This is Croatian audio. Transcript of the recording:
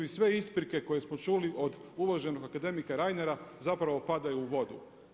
I sve isprike koje smo čuli od uvaženog akademika Reinera zapravo padaju u vodu.